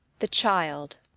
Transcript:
the child.